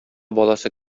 баласы